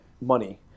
money